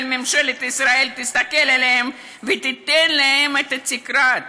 ממשלת ישראל תסתכל עליהם ותיתן להם את התקרה,